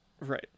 Right